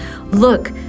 Look